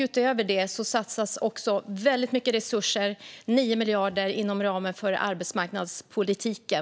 Utöver det satsas väldigt stora resurser, 9 miljarder, inom ramen för arbetsmarknadspolitiken.